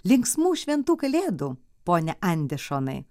linksmų šventų kalėdų pone andešonai